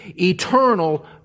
eternal